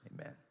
amen